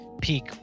peak